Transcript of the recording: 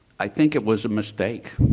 i think it was a mistake,